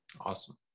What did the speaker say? Awesome